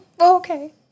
okay